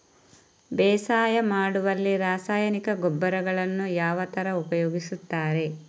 ಬೇಸಾಯ ಮಾಡುವಲ್ಲಿ ರಾಸಾಯನಿಕ ಗೊಬ್ಬರಗಳನ್ನು ಯಾವ ತರ ಉಪಯೋಗಿಸುತ್ತಾರೆ?